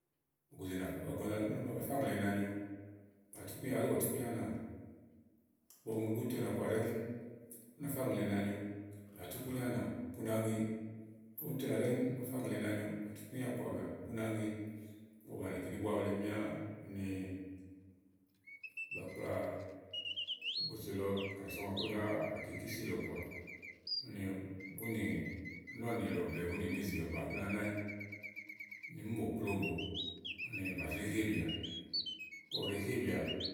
ògòzè nàá, ɔ̀gɔ̀nì nàá ̀nì nà bà fá ŋlɛ̀ ina nyo, bà tú ikúnyà, bàá zi gbùgbɔ tu ikúnya wanìà. Ìgbɔ bu nyo búni to ùnà kɔà ɖɛ́ŋúú, ú nà fá ŋlɛ̀ ina nyo, bà tú íkúnya anà bú nàá ŋe. Ígbɔ buto ùnà kɔà ɖɛ́ŋúú, ú nà fá ŋlɛ̀ ina nyo. Bà tú ikúnyà àwa kɔbìà bú nàá ŋe, ígbɔbu bàni màawu búá plémú wuléè míá úni, bà kpla ògòzè lɔ kɛ̀nìà so ɔku màa bu dò nàáa kè ikísì lɔ kɔà úni úni nì nɔ́ɔ̀nì lɔ blɛ̀ɛ néèzì lɔ bàá bú nàá nɛ ányi, nì míì bòklobò, úni bà zé hebìà ígbɔ bu ɖèé hebìà.